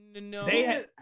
no